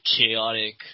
chaotic